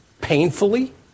painfully